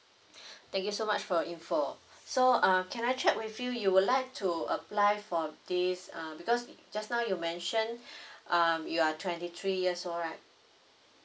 thank you so much for your info so um can I check with you you would like to apply for this uh because just now you mention um you are twenty three years old right